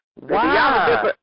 Wow